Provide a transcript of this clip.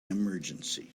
emergency